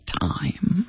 time